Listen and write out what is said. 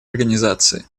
организации